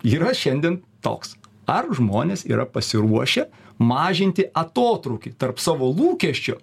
yra šiandien toks ar žmonės yra pasiruošę mažinti atotrūkį tarp savo lūkesčio